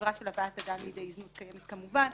עבירה של הבאת אדם לידי זנות קיימת כמובן.